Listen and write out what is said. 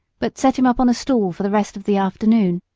but set him up on a stool for the rest of the afternoon,